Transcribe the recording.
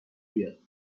بیاد